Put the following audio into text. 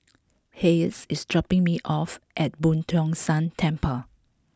Hayes is dropping me off at Boo Tong San Temple